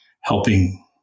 helping